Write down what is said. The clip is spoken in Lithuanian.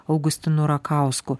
augustinu rakausku